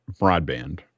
broadband